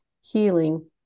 healing